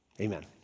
Amen